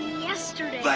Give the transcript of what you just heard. yesterday. but